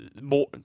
more